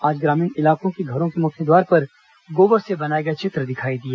आज ग्रामीण इलाकों के घरों के मुख्य द्वार पर गोबर से बनाए गए चित्र दिखाई दिए